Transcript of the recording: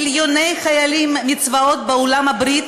מיליוני החיילים מצבאות בעלות-הברית